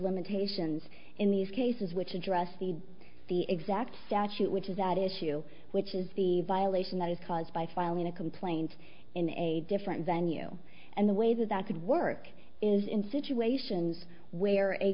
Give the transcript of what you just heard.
limitations in these cases which address the the exact statute which is at issue which is the violation that is caused by filing a complaint in a different venue and the way that could work is in situations where a